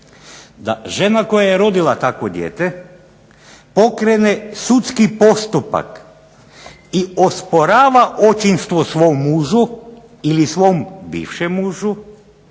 da žena koja je rodila takvo dijete pokrene sudski postupak i osporava očinstvo svom mužu ili svom bivšem mužu,